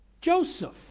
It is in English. Joseph